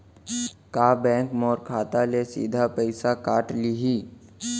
का बैंक मोर खाता ले सीधा पइसा काट लिही?